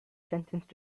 sentenced